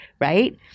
right